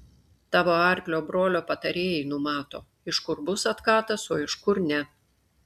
tavo arklio brolio patarėjai numato iš kur bus atkatas o iš kur ne